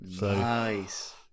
Nice